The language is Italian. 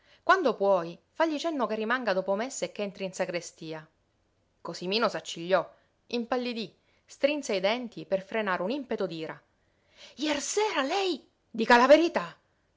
quando puoi fagli cenno che rimanga dopo messa e che entri in sagrestia cosimino s'accigliò impallidí strinse i denti per frenare un impeto d'ira jer sera lei dica la verità